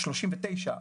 39,